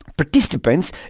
Participants